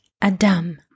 adam